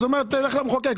הוא אומר שתלך למחוקק,